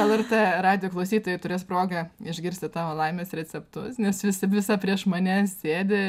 lrt radijo klausytojai turės progą išgirsti tavo laimės receptus nes visi visa prieš mane sėdi